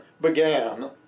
began